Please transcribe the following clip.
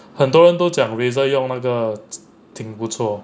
很多人都讲 razor 用那个挺不错